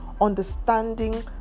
understanding